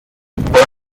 und